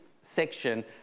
section